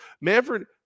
Manfred